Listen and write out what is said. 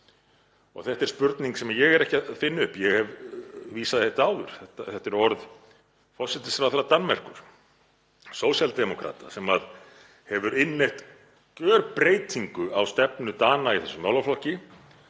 Þetta er spurning sem ég er ekki að finna upp. Ég hef vísað í þetta áður. Þetta eru orð forsætisráðherra Danmerkur, sósíaldemókrata, sem hefur innleitt gjörbreytingu á stefnu Dana í þessum málaflokki